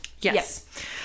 Yes